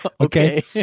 Okay